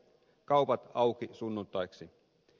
kaupat auki sunnuntaiksi